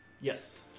Yes